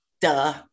Duh